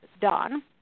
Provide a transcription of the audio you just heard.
done